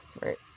Right